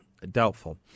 Doubtful